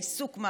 ריסוק,